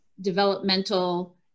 developmental